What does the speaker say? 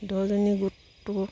দহজনীয়া গোটটো